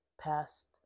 past